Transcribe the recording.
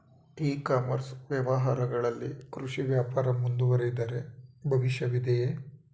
E commerce ವ್ಯವಹಾರಗಳಲ್ಲಿ ಕೃಷಿ ವ್ಯಾಪಾರ ಮುಂದುವರಿದರೆ ಭವಿಷ್ಯವಿದೆಯೇ?